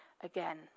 again